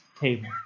table